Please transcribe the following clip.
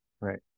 Right